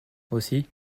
aussi